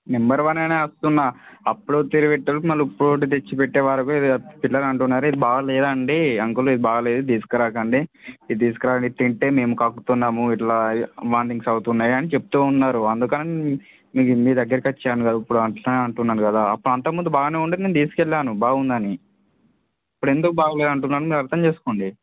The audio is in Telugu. నెంబర్ వన్ అనే వస్తున్నా అప్పుడు మళ్ళీ ఇప్పుడొకటి తెచ్చి పెట్టే వారు పిల్లలు అంటున్నారు ఇది బాగోలేదండి అంకుల్ ఇది బాగోలేదు ఇది తీసుకురాకండి ఇది తీసుకురాకండి ఇది తింటే మేము కక్కుతున్నాము ఇట్లా వామిటింగ్స్ అవుతున్నాయి అని చెప్తూ ఉన్నారు అందుకని నేను మీ దగ్గరకి వచ్చాను కదా ఇప్పుడు వస్తా అంటున్నా కదా అప్పుడు అంతకముందు బాగానే ఉండేది నేను తీసుకెళ్ళాను బాగుందని ఇప్పుడెందుకు బాగాలేదు అంటున్నాను మీరు అర్ధం చేసుకోండి